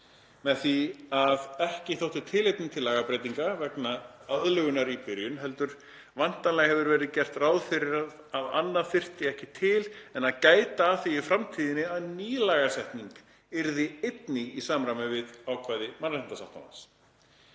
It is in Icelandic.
Með því að ekki þótti tilefni til lagabreytinga vegna aðlögunar í byrjun hefur væntanlega verið gert ráð fyrir að annað þyrfti ekki til en að gæta að því í framtíðinni að ný lagasetning yrði einnig í samræmi við ákvæði mannréttindasáttmálans.